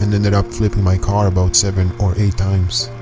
and ended up flipping my car about seven or eight times.